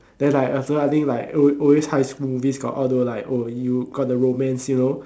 then like after I think like always high school movies got all those like oh you got the romance you know